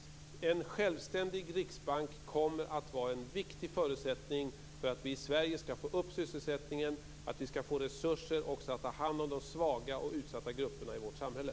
En självständig riksbank kommer att vara en viktig förutsättning för att vi i Sverige skall få upp sysselsättningen och få resurser för att ta hand om de svaga och utsatta grupperna i vårt samhälle.